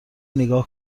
نیگا